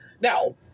now